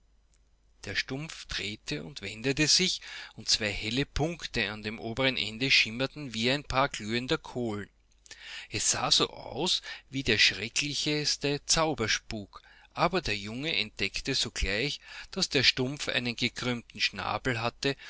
der stumpf drehte und wendete sich und zwei hellepunkteandemoberenendeschimmertenwieeinpaarglühendekohlen es sah so aus wie der schrecklichste zauberspuk aber der junge entdeckte sogleich daß der stumpf einen gekrümmten schnabel hatte